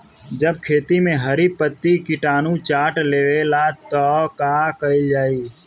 जब खेत मे हरी पतीया किटानु चाट लेवेला तऽ का कईल जाई?